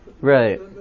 right